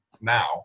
now